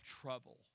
trouble